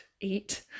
eat